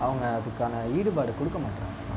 அவங்கள் அதுக்கான ஈடுபாடு கொடுக்க மாட்றாங்க